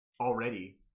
already